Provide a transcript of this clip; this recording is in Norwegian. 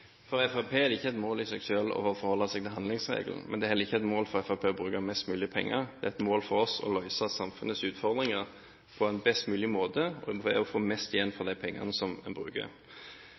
For Fremskrittspartiet er det ikke et mål i seg selv å forholde seg til handlingsregelen, men det er heller ikke et mål for Fremskrittspartiet å bruke mest mulig penger. Det er et mål for oss å møte samfunnets utfordringer på en best mulig måte og å få mest mulig igjen for de pengene som vi bruker.